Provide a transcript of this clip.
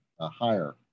higher